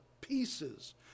pieces